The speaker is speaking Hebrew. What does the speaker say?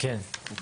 כן,